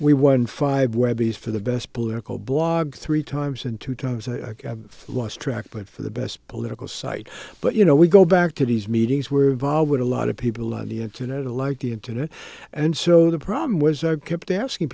is for the best political blog three times and two times i have lost track but for the best political site but you know we go back to these meetings were involved with a lot of people on the internet a like the internet and so the problem was i kept asking